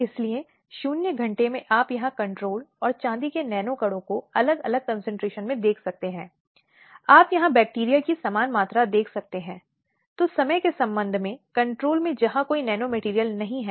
इसलिए कि एक मामले में या कई मामलों में अदालतें यह कहती हैं कि जब हम इस तरह के पीड़ित की बात कर रहे हैं तो वह अपराध की भागीदार नहीं है